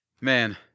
Man